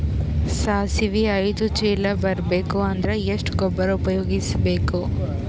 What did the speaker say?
ಸಾಸಿವಿ ಐದು ಚೀಲ ಬರುಬೇಕ ಅಂದ್ರ ಎಷ್ಟ ಗೊಬ್ಬರ ಉಪಯೋಗಿಸಿ ಬೇಕು?